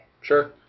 Sure